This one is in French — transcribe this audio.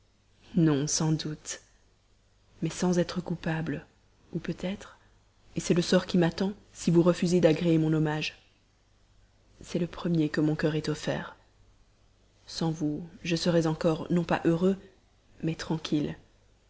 non sans doute mais sans être coupable on peut être malheureux c'est le sort qui m'attend si vous refusez d'agréer mon hommage c'est le premier que mon cœur ait offert sans vous je serais encore non pas heureux mais tranquille